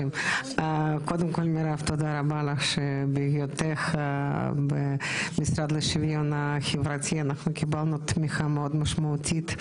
תודה לך על כך שבהיותך במשרד לשוויון חברתי קיבלנו תמיכה מאוד משמעותית,